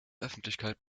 öffentlichkeit